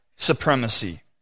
Supremacy